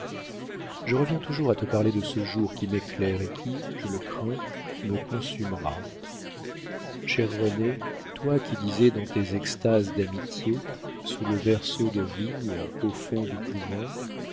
je reviens toujours à te parler de ce jour qui m'éclaire et qui je le crains me consumera chère renée toi qui disais dans tes extases d'amitié sous le berceau de vigne au fond du couvent